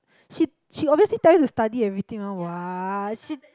she she obviously tell you to study everything one what